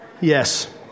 yes